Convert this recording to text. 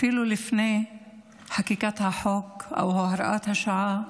אפילו כמה שנים לפני חקיקת החוק או הוראת השעה: